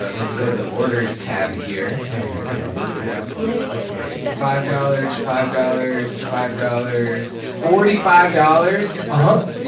ah let's go to the orders tab here. dang. i got my work cut out for me. okay, five dollars, five dollars, five dollars, forty-five dollars, ah